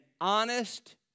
honest